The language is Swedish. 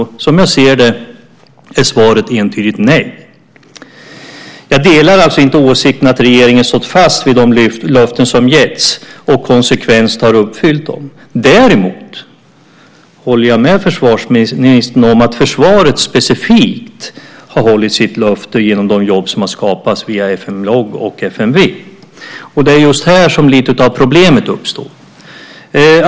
Som jag ser det är svaret entydigt nej. Jag delar alltså inte åsikten att regeringen har stått fast vid de löften som getts och konsekvent uppfyllt dem. Däremot håller jag med försvarsministern om att försvaret specifikt har hållit sitt löfte genom de jobb som har skapats via FM Log och FMV. Det är just här som lite av problemet uppstår.